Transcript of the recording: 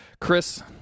chris